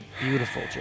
beautiful